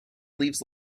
leaves